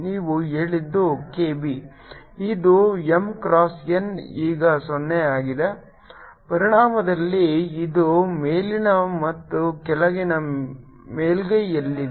ನೀವು ಹೇಳಿದ್ದು K b ಇದು M ಕ್ರಾಸ್ n ಈಗ 0 ಆಗಿದೆ ಪರಿಣಾಮದಲ್ಲಿ ಇದು ಮೇಲಿನ ಮತ್ತು ಕೆಳಗಿನ ಮೇಲ್ಮೈಯಲ್ಲಿದೆ